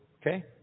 Okay